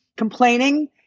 Complaining